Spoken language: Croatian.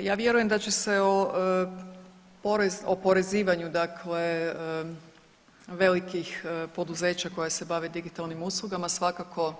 Pa ja vjerujem da će se porez, o oporezivanju dakle velikih poduzeća koja se bave digitalnim uslugama svakako